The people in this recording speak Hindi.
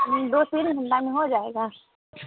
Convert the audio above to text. दो तीन में हो जाएगा